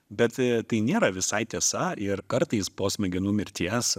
bet tai nėra visai tiesa ir kartais po smegenų mirties